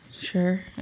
sure